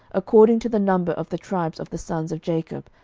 according to the number of the tribes of the sons of jacob,